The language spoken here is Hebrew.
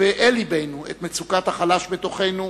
ואל לבנו את מצוקת החלש בתוכנו,